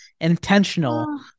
intentional